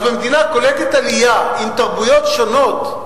אז במדינה קולטת עלייה, עם תרבויות שונות,